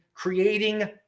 creating